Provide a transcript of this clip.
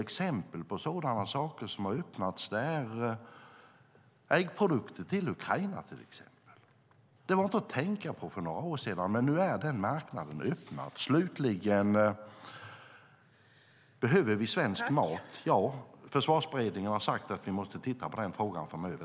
Exempel på sådana marknader som har öppnats är marknaden för äggprodukter till Ukraina. Det var inte att tänka på för några år sedan. Men nu är den marknaden öppnad. Slutligen gäller det frågan om vi behöver svensk mat. Försvarsberedningen har sagt att vi måste titta på den frågan framöver.